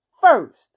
first